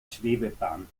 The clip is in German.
schwebebahn